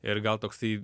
ir gal toksai